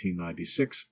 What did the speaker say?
1896